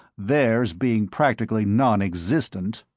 theirs being practically non-existent.